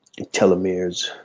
telomeres